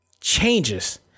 changes